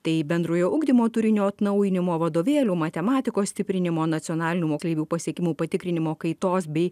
tai bendrojo ugdymo turinio atnaujinimo vadovėlių matematikos stiprinimo nacionalinių moksleivių pasiekimų patikrinimo kaitos bei